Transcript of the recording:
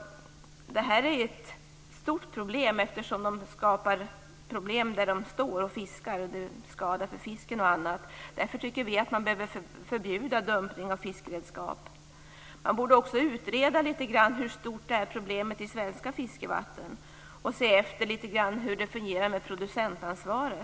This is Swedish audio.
Detta är ett stort problem, det skadar fisken och annat. Därför tycker vi att man bör förbjuda dumpning av fiskeredskap. Man borde också utreda hur stort detta problem är i svenska fiskevatten och vilket ansvar producenterna har.